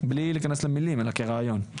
בלי להיכנס למילים, אלא כרעיון.